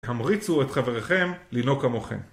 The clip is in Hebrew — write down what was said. המריצו את חברכם לנהוג כמוכם